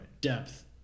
depth